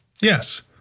Yes